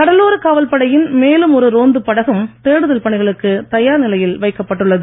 கடலோரக் காவல் படையின் மேலும் ஒரு ரோந்துப் படகும் தேடுதல் பணிகளுக்கு தயார் நிலையில் வைக்கப்படுகிறது